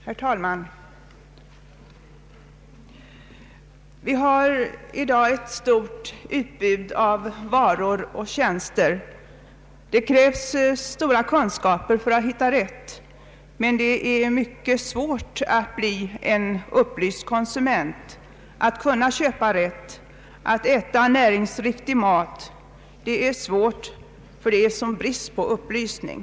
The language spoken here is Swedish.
Herr talman! Vi har i dag ett stort utbud av varor och tjänster. Det krävs stora kunskaper för att hitta rätt, men det är mycket svårt att bli en upplyst konsument. Att kunna köpa rätt och att få äta näringsriktig mat är svårt därför att det råder sådan brist på upplysning.